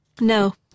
No